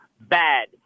bad